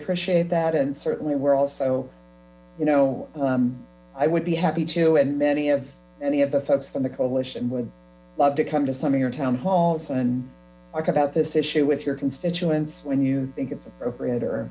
appreciate that and certainly we're also you know i would be happy to and many of any of the folks from the coalition would love to come to some of your town halls and talk about this issue with your constituents when you think